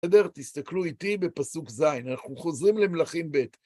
בסדר, תסתכלו איתי בפסוק ז', אנחנו חוזרים למלאכים ב'.